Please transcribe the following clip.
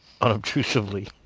Unobtrusively